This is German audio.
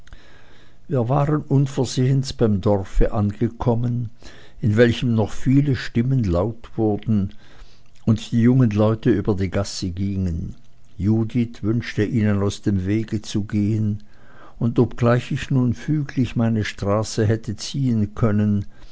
wir waren unversehens beim dorfe angekommen in welchem noch viele stimmen laut wurden und die jungen leute über die gasse gingen judith wünschte ihnen aus dem wege zu gehen und obgleich ich nun füglich meine straße hätte ziehen können